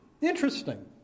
interesting